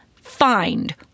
find